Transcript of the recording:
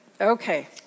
Okay